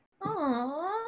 Aww